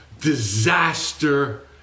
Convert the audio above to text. disaster